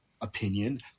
opinion